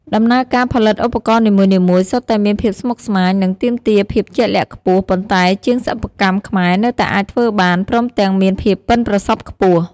ដំណើរការផលិតឧបករណ៍នីមួយៗសុទ្ធតែមានភាពស្មុគស្មាញ និងទាមទារភាពជាក់លាក់ខ្ពស់ ប៉ុន្តែជាងសិប្បកម្មខ្មែរនៅតែអាចធ្វើបាន ព្រមទាំងមានភាពបុិនប្រសប់ខ្ពស់។